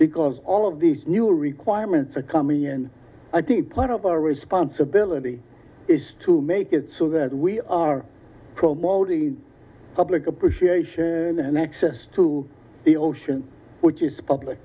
because all of these new requirements are coming in i think part of our responsibility is to make it so that we are promoting public appreciation and access to the ocean which is public